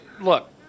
look